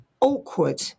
awkward